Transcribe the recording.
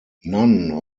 none